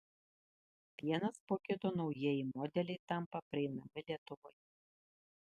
vienas po kito naujieji modeliai tampa prieinami lietuvoje